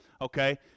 Okay